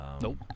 Nope